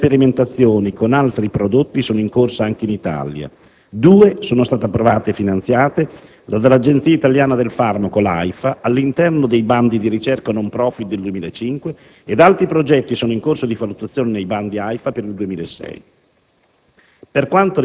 Diverse sperimentazioni con altri prodotti sono in corso anche in Italia: due sono state approvate e finanziate dall'Agenzia Italiana del Farmaco (AIFA) all'interno dei bandi di ricerca *non-profit* del 2005 e altri progetti sono in corso di valutazione nei bandi AIFA per il 2006.